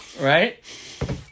right